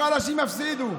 שהחלשים יפסידו.